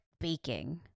baking